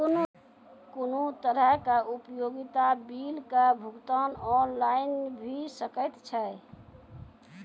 कुनू तरहक उपयोगिता बिलक भुगतान ऑनलाइन भऽ सकैत छै?